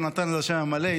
יונתן זה השם המלא,